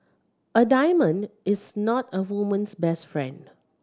a diamond is not a woman's best friend